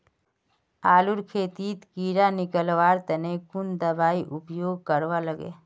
आलूर खेतीत कीड़ा निकलवार तने कुन दबाई उपयोग करवा लगे?